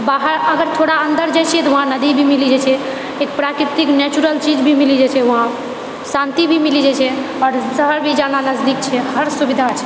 बाहर अगर थोड़ा अन्दर जाइ छिऐ तऽ वहाँ नदी भी मिलि जाइछेै प्राकृतिक नेचुरल चीज भी मिलि जाइछेै वहाँ शान्ति भी मिलि जाइछेै आओर शहर भी जाना नजदीक छै हर सुविधा छै